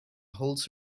holds